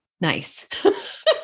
nice